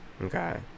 Okay